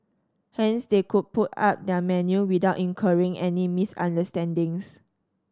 hence they could put up their menu without incurring any misunderstandings